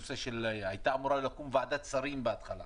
הייתה אמורה לקום ועדת שרים בהתחלה